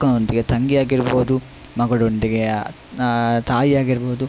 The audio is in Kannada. ಅಕ್ಕನೊಂದಿಗೆ ತಂಗಿ ಆಗಿರಬಹುದು ಮಗಳೊಂದಿಗೆ ಆ ತಾಯಿ ಆಗಿರಬಹುದು